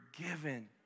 forgiven